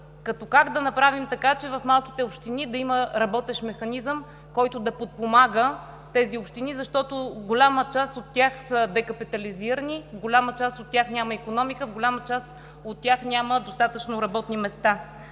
как да направим така, че малките общини да имат работещ механизъм, който да подпомага тези общини, защото голяма част от тях са декапитализирани, в голяма част от тях няма икономика, в голяма част от тях няма достатъчно работни места.